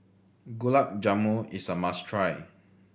Gulab Jamun is a must try